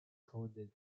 coded